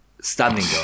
standing